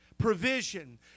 provision